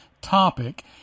topic